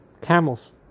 camels